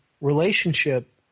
relationship